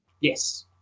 yes